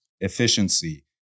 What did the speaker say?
efficiency